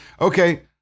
okay